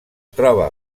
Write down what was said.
troba